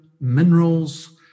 minerals